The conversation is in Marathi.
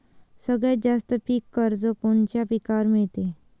सगळ्यात जास्त पीक कर्ज कोनच्या पिकावर मिळते?